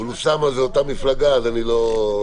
אבל אוסאמה זה אותה מפלגה, אז אני לא מתחשב בזה.